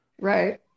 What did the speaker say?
Right